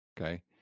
Okay